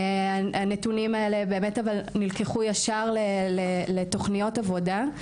הנתונים האלה נלקחו ישר לתוכניות עבודה.